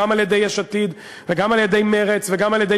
גם על-ידי יש עתיד וגם על-ידי מרצ וגם על-ידי